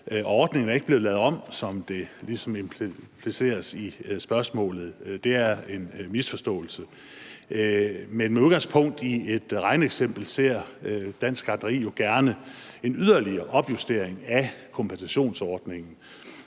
ordningen er ikke blevet lavet om, som det ligesom implicit ligger i spørgsmålet. Det er en misforståelse. Men med udgangspunkt i et regneeksempel ser Dansk Gartneri jo gerne en yderligere opjustering af kompensationsordningen.